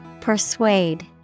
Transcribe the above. Persuade